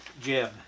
Jim